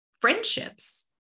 friendships